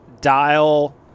dial